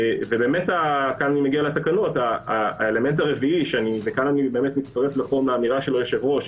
וכאן אני מגיע לתקנות האלמנט הרביעי ואני מצטרף לאמירת היושב-ראש,